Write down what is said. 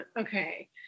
Okay